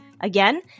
Again